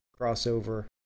crossover